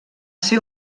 ser